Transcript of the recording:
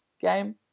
game